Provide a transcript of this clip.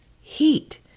heat